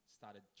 started